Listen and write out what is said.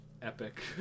Epic